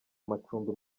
amacumbi